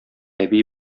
әби